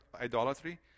idolatry